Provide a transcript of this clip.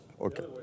Okay